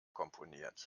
komponiert